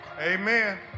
Amen